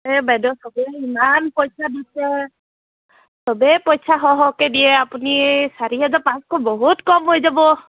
এই বাইদেউ সবে ইমান পইচা দিছে সবেই পইচা সৰহ সৰহকৈ দিয়ে আপুনি চাৰি হেজাৰ পাঁচশ বহুত কম হৈ যাব